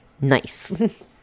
Nice